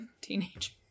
teenager